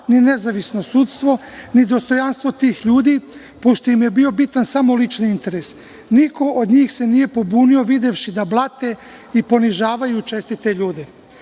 ni nezavisno sudstvo, ni dostojanstvo tih ljudi, pošto im je bio bitan samo lični interes. Niko od njih se nije pobunio videvši da blate i ponižavaju čestite ljude.